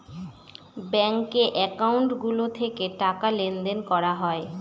ব্যাঙ্কে একাউন্ট গুলো থেকে টাকা লেনদেন করা হয়